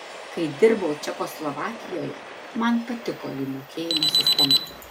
kai dirbau čekoslovakijoje man patiko jų mokėjimo sistema